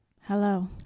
Hello